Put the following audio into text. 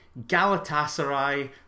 Galatasaray